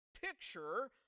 picture